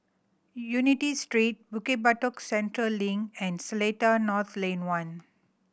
Unity Street Bukit Batok Central Link and Seletar North Lane One